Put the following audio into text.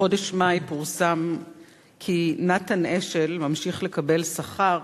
בחודש מאי פורסם כי נתן אשל ממשיך לקבל שכר,